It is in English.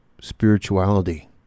spirituality